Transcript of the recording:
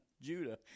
Judah